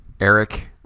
Eric